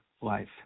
life